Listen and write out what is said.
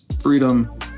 freedom